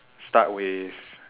start with